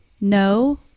no